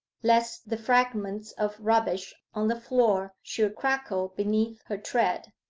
lest the fragments of rubbish on the floor should crackle beneath her tread.